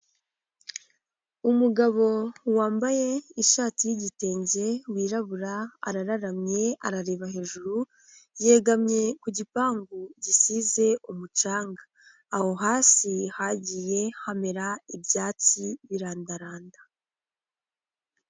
Umugabo wambaye ishati y'igitenge, wirabura, arararamye, arareba hejuru, yegamye ku gipangu, gisize umucanga, aho hasi hagiye hamera ibyatsi birandaranda.